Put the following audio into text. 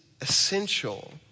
essential